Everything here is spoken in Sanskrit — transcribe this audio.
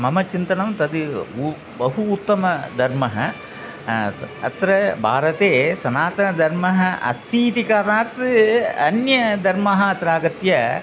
मम चिन्तनं तद् उ बहु उत्तमः दद्मः अत्र भारते सनातनधर्मः अस्ति इति कारणात् अन्यधर्माः अत्र आगत्य